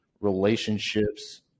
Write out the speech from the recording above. relationships